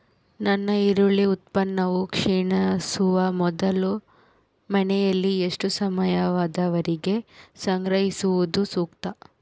ನನ್ನ ಈರುಳ್ಳಿ ಉತ್ಪನ್ನವು ಕ್ಷೇಣಿಸುವ ಮೊದಲು ಮನೆಯಲ್ಲಿ ಎಷ್ಟು ಸಮಯದವರೆಗೆ ಸಂಗ್ರಹಿಸುವುದು ಸೂಕ್ತ?